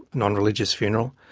nonreligious funeral.